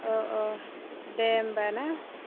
अ अ दे होमब्ला ना